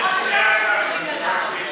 לפחות את זה אנחנו צריכים לדעת.